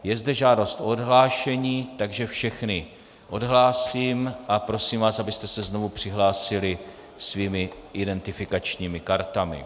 Je zde žádost o odhlášení, takže všechny odhlásím a prosím vás, abyste se znovu přihlásili svými identifikačními kartami.